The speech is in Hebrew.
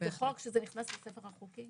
זה חוק שנכנס לספר החוקים?